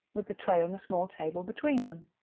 with the tray on a small table between them.